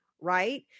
Right